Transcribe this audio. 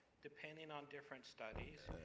depending on different studies,